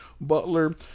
butler